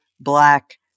Black